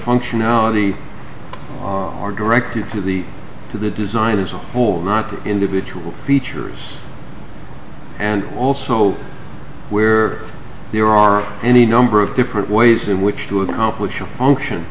functionality are directed to the to the designers of whom not the individual features and also where there are any number of different ways in which to accomplish unction